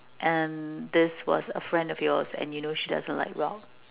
and this was a friend of yours and you know she doesn't like rock